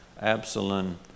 Absalom